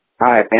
Hi